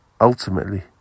Ultimately